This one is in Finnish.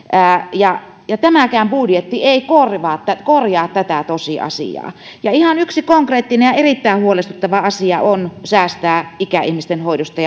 ja ja tämäkään budjetti ei korjaa tätä tosiasiaa ihan yksi konkreettinen ja erittäin huolestuttava asia on säästää ikäihmisten hoidosta